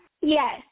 Yes